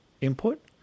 input